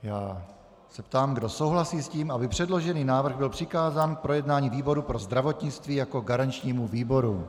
Já se ptám, kdo souhlasí s tím, aby předložený návrh byl přikázán k projednání výboru pro zdravotnictví jako garančnímu výboru.